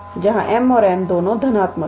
जहाँ m और n दोनों धनात्मक हैं